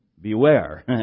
Beware